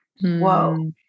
Whoa